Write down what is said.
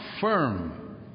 firm